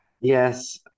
Yes